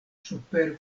super